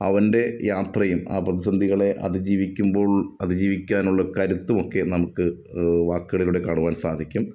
അവന്റെ യാത്രയും ആ പ്രതിസന്ധികളെ അതിജീവിക്കുമ്പോള് അതിജീവിക്കാനുള്ള കരുത്തുമൊക്കെ നമുക്ക് വാക്കുകളിലൂടെ കാണുവാന് സാധിക്കും